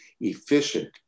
efficient